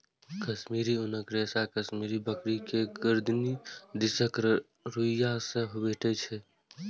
कश्मीरी ऊनक रेशा कश्मीरी बकरी के गरदनि दिसक रुइयां से भेटै छै